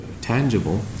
tangible